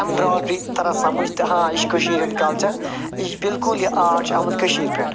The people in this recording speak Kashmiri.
ایمبراڈری تران سمجھ تہٕ ہاں یہِ چھِ کٔشیٖرِ ہُنٛد کَلچَر یہِ چھِ بِلکُل یہِ آرٹ چھِ آمُت کٔشیٖرِ پٮ۪ٹھ